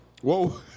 Whoa